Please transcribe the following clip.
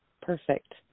Perfect